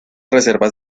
reservas